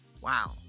wow